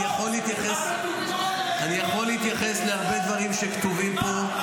אני יכול להתייחס להרבה דברים שכתובים פה --- מה,